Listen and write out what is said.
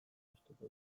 gustuko